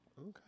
Okay